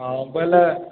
ହଁ ବୋଇଲେ